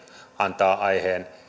antaa aiheen